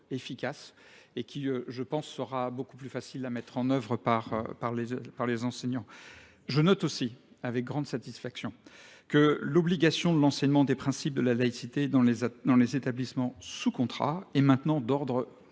efficace et qui, je pense, sera beaucoup plus facile à mettre en œuvre par les enseignants. Je note aussi, avec grande satisfaction, que l'obligation de l'enseignement des principes de la laïcité dans les établissements sous contrat est maintenant d'ordre